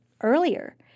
earlier